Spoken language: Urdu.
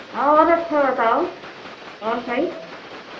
اور اچھا بتاؤ اور صحیح